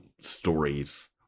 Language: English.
stories